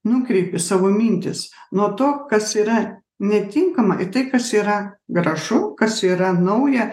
nukreipi savo mintis nuo to kas yra netinkama į tai kas yra gražu kas yra nauja